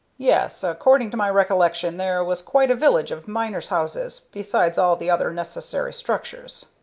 yes, according to my recollection there was quite a village of miners' houses, besides all the other necessary structures.